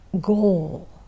goal